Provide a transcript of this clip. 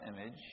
image